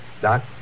Doc